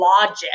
logic